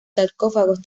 sarcófagos